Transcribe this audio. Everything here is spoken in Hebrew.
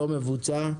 לא מבוצע.